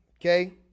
Okay